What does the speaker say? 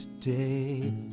today